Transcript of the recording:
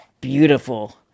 beautiful